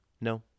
no